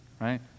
Right